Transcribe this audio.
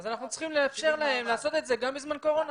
אנחנו צריכים לאפשר להם לעשות את זה גם בזמן קורונה.